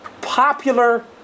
popular